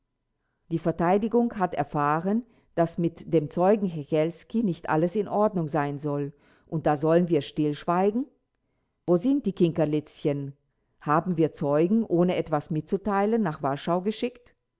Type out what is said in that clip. die verteidigung hat erfahren daß mit dem zeugen hechelski nicht alles in ordnung sein soll und da sollen wir stillschweigen wo sind die kinkerlitzchen haben wir zeugen ohne etwas mitzuteilen nach warschau geschickt